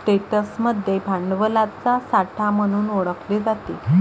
स्टेट्समध्ये भांडवलाचा साठा म्हणून ओळखले जाते